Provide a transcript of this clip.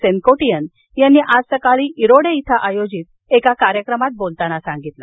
सेनकोटियन यांनी आज सकाळी इरोडे इथं आयोजित एका कार्यक्रमात बोलताना सांगितलं